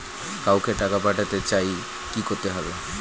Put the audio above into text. কাউকে টাকা পাঠাতে চাই কি করতে হবে?